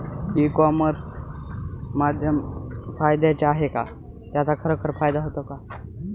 E commerce माध्यम फायद्याचे आहे का? त्याचा खरोखर फायदा होतो का?